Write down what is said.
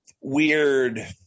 weird